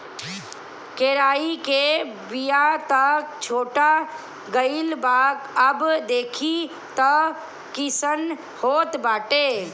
केराई के बिया त छीटा गइल बा अब देखि तअ कइसन होत बाटे